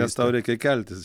nes tau reikia keltis